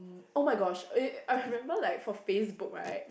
oh-my-gosh I remember like for Facebook right